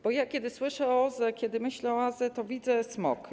Bo ja, kiedy słyszę o OZE, kiedy myślę o OZE, to widzę smog.